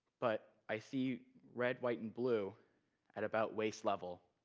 but i see red, white and blue at about waist level